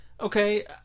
Okay